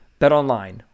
BetOnline